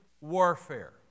warfare